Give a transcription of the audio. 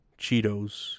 Cheetos